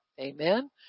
amen